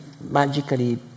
magically